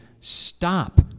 Stop